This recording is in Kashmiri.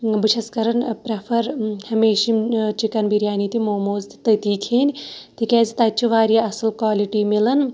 بہٕ چھَس کَران پرٛٮ۪فَر ہمیشہِ چِکَن بِریانی تہِ موموز تہِ تٔتی کھیٚنۍ تِکیٛازِ تَتہِ چھِ واریاہ اَصٕل کالِٹی مِلان